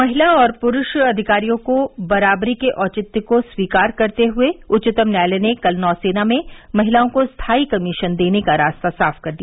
महिला और पुरूष अधिकारियों को बराबरी के औचित्य को स्वीकार करते हुए उच्चतम न्यायालय ने कल नौसेना में महिलाओं को स्थायी कमीशन देने का रास्ता साफ कर दिया